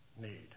need